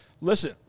listen